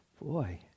boy